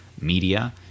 media